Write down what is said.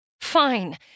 Fine